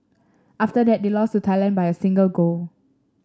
after that they lost to Thailand by a single goal